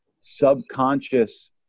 subconscious